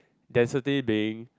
density being